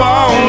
on